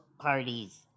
parties